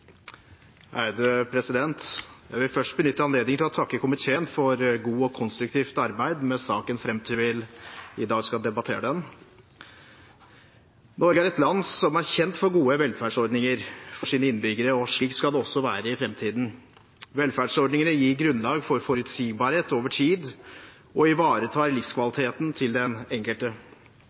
anses vedtatt. Jeg vil først benytte anledningen til å takke komiteen for godt og konstruktivt arbeid med saken fram til vi i dag skal debattere den. Norge er et land som er kjent for gode velferdsordninger for sine innbyggere, og slik skal det også være i framtiden. Velferdsordningene gir grunnlag for forutsigbarhet over tid og ivaretar livskvaliteten til den enkelte.